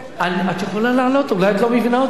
את יכולה לעלות, אולי את לא מבינה אותי, השרה.